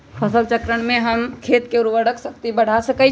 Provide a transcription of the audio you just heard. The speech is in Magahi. फसल चक्रण से हम खेत के उर्वरक शक्ति बढ़ा सकैछि?